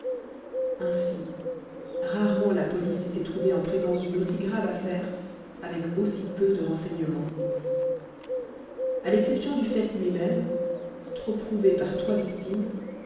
ainsi rarement la police s'était trouvée en présence d'une aussi grave affaire avec aussi peu de renseignements à l'exception du fait lui-même trop prouvé par trois victimes